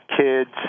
kids